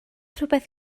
rhywbeth